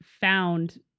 found